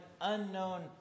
unknown